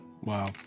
Wow